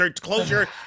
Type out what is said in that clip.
Closure